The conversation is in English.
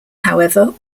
however